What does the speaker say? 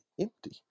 empty